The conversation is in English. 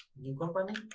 new company